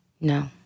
No